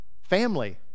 family